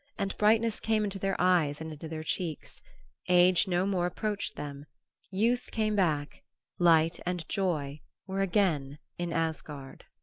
and brightness came into their eyes and into their cheeks age no more approached them youth came back light and joy were again in asgard.